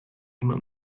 immer